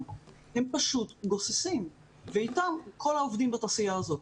והם פשוט גוססים ואתם כל העובדים בתעשייה הזאת.